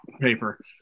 Paper